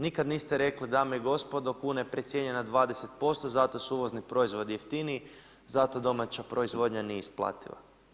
Nikad niste rekli dame i gospodo kuna je precijenjena 20% zato su uvozni proizvodi jeftiniji, zato domaća proizvodnja nije isplativa.